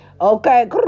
Okay